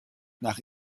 nach